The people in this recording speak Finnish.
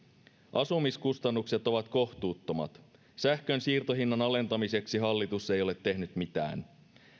asumiskustannukset ovat kohtuuttomat sähkön siirtohinnan alentamiseksi hallitus ei ole tehnyt mitään